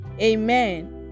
Amen